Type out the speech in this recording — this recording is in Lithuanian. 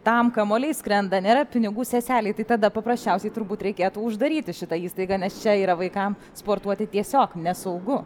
tam kamuoliai skrenda nėra pinigų seselei tai tada paprasčiausiai turbūt reikėtų uždaryti šitą įstaigą nes čia yra vaikam sportuoti tiesiog nesaugu